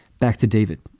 back to david.